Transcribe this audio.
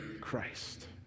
Christ